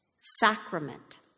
sacrament